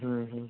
ହଁ ହଁ